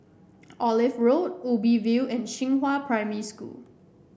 Olive Road Ubi View and Xinghua Primary School